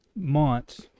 months